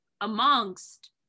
amongst